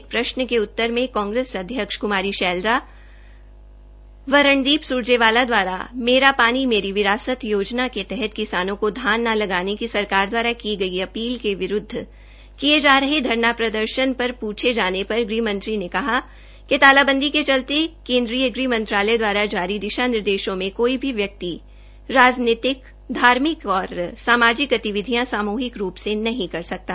एक प्रश्न के उत्तर में कांग्रेस अध्यक्ष कुमारी सैलजा व रणदीप सुरजेवाला दवारा मेरा पानी मेरी विरासत योजना के तहत किसानों को धान न लगाने की सरकार दवारा की गई अपील के विरूदघ किए जा रहे धरना प्रदर्शन पर प्छे जाने पर गृह मंत्री ने कहा कि तालाबंदी के चलते केन्द्रीय गृह मंत्रालय द्वारा जारी दिशा निर्देशों में कोई भी व्यक्ति राजनीतिक धार्मिक तथा सामाजिक गतिविधियां सामूहिक रूप से नहीं कर सकता